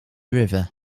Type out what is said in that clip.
river